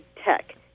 tech